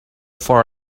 for